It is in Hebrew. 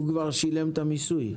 הוא כבר שילם את המיסוי.